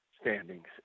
standings